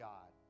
God